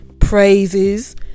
praises